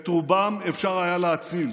את רובם אפשר היה להציל.